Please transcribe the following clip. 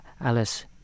Alice